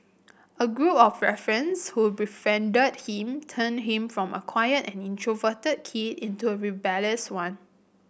a group of ruffians who befriended him turned him from a quiet and introverted kid into a rebellious one